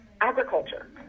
agriculture